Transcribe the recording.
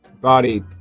body